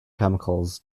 chemicals